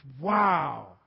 wow